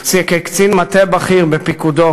וכקצין מטה בכיר בפיקודו,